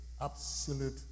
absolute